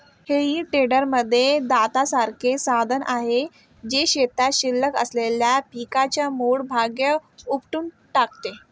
हेई टेडरमध्ये दातासारखे साधन आहे, जे शेतात शिल्लक असलेल्या पिकाचा मूळ भाग उपटून टाकते